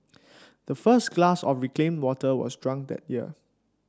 the first glass of reclaimed water was drunk that year